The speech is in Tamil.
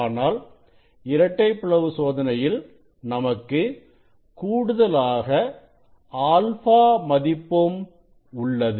ஆனால் இரட்டைப் பிளவு சோதனையில் நமக்கு கூடுதலாக α மதிப்பும் உள்ளது